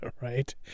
right